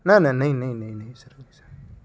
نا نا نہیں نہیں نہیں سر نہیں سر